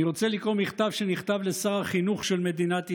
אני רוצה לקרוא מכתב שנכתב לשר החינוך של מדינת ישראל.